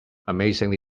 amazingly